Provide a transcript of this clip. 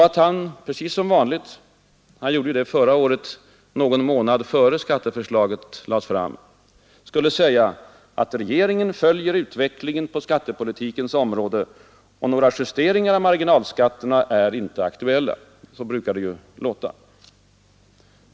Att han precis som vanligt — han gjorde ju det förra året någon månad innan skatteförslaget lades fram — skulle säga att regeringen följer utvecklingen på skattepolitikens område och att några justeringar av marginalskatterna inte är aktuella. Så brukar det ju låta.